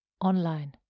online